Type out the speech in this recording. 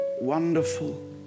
wonderful